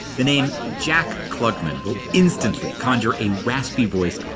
the name jack klugman will instantly conjure a raspy-voiced,